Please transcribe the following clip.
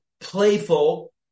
playful